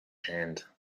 hand